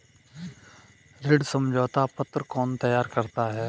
ऋण समझौता पत्र कौन तैयार करता है?